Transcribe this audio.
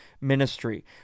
ministry